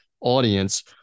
audience